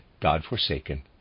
God-forsaken